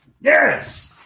yes